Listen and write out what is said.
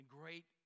great